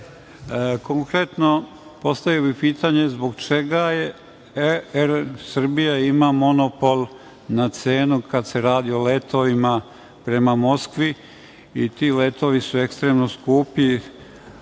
postavio bih pitanje – zbog čega „Er Srbija“ ima monopol na cenu kada se radi o letovima prema Moskvi i ti letovi su ekstremno skupi,